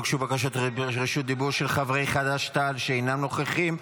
הוגשו בקשות רשות דיבור של חברי חד"ש-תע"ל שאינם נוכחים,